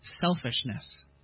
selfishness